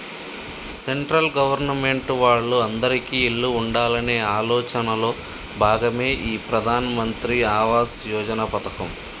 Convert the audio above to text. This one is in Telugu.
సెంట్రల్ గవర్నమెంట్ వాళ్ళు అందిరికీ ఇల్లు ఉండాలనే ఆలోచనలో భాగమే ఈ ప్రధాన్ మంత్రి ఆవాస్ యోజన పథకం